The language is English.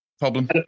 Problem